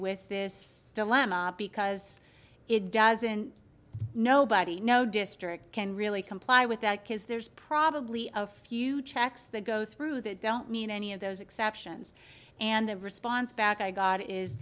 with this dilemma because it doesn't nobody know district can really comply with that because there's probably a few checks they go through that don't mean any of those exceptions and the response back i got is